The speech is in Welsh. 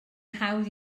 hawdd